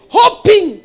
hoping